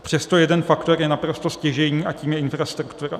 Přesto jeden faktor je naprosto stěžejní a je jím infrastruktura.